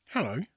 Hello